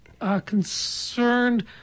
concerned